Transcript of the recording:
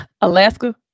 alaska